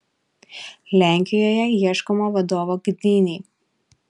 lenkijoje ieškoma vadovo gdynei